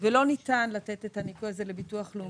ולא ניתן לתת את הניכוי הזה לביטוח לאומי.